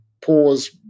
pause